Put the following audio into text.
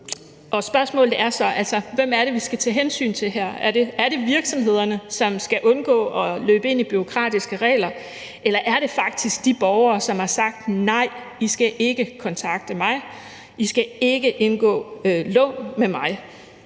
vi skal tage hensyn til her. Er det virksomhederne, som skal undgå at løbe ind i bureaukratiske regler, eller er det faktisk de borgere, som har sagt: Nej, I skal ikke kontakte mig,